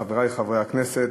חברי חברי הכנסת,